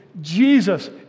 Jesus